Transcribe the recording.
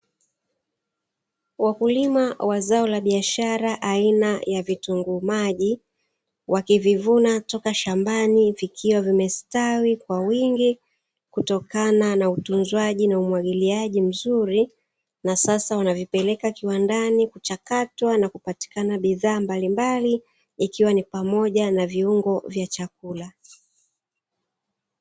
Wakulima wa zao la biashara aina ya vitunguu maji wakivivuna toka shambani, vikiwa vimestawi kwa wingi kutokana na utunzwaji na umwagiliaji mzuri na sasa wanavipeleka, kiwandani kuchakatwa na kupatikana bidhaa mbalimbali ikiwa ni pamoja na viungo vya chakula.